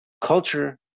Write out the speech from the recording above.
Culture